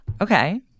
Okay